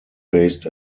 based